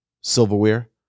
silverware